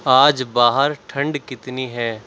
آج باہر ٹھنڈ کتنی ہے